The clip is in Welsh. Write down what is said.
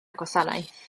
gwasanaeth